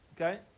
Okay